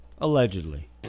Allegedly